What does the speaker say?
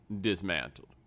dismantled